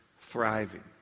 thriving